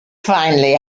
finally